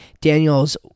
Daniel's